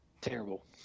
terrible